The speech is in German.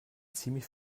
ziemlich